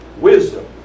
Wisdom